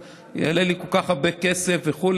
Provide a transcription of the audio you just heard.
יעלה לי כל כך הרבה כסף וכו',